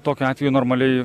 tokiu atveju normaliai